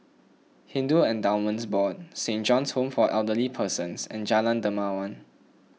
Hindu Endowments Board Saint John's Home for Elderly Persons and Jalan Dermawan